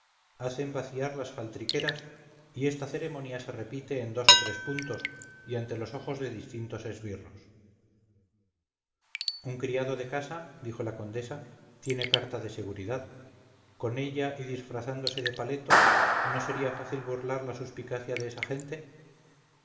hacen vaciar las faltriqueras y esta ceremoniase repite en dos o tres puntos y ante los ojos de distintos esbirros un criado de casa dijo la condesa tiene carta de seguridad con ella y disfrazándose de paleto no sería fácil burlar la suspicacia de esa gente